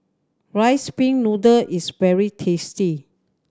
Rice Pin Noodles is very tasty